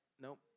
Nope